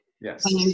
Yes